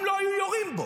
אם לא היו יורים בו.